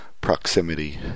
proximity